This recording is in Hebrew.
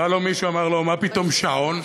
בא מישהו ואמר לו: מה פתאום שעון?